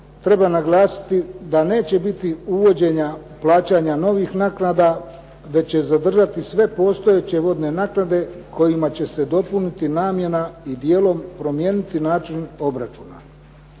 treba naglasiti da neće biti uvođenja plaćanja novih naknada, već će zadržati sve postojeće vodne naknade kojima će se dopuniti namjena i dijelom promijeniti način obračuna.